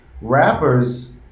rappers